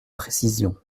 précision